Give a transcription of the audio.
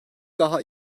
daha